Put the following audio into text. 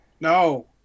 No